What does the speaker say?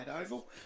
Oval